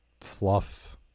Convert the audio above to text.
fluff